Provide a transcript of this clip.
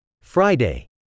Friday